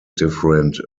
different